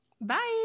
Bye